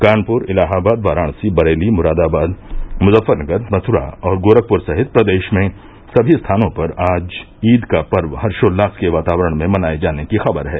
कानपुर इलाहाबाद वाराणसी बरेली मुरादाबाद मुजफ्फरनगर मथुरा और गोरखपुर सहित प्रदेश में सभी स्थानों पर आज ईद का पर्व हर्षोल्लास के वातावरण में मनाए जाने की खबर है